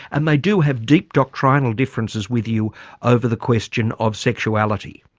and they do have deep doctrinal differences with you over the question of sexuality.